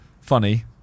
funny